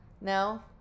no